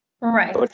Right